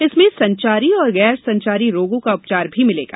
इसमें संचारी और गैर संचारी रोगों का उपचार भी मिलेगा